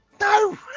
No